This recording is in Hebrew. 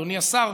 אדוני השר,